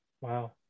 Wow